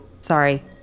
Sorry